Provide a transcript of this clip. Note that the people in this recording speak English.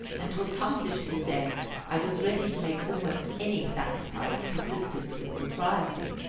and to accomplish this end i was ready to make almost any sacrifice consistent with propriety.